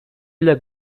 ile